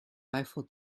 eiffel